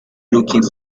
looking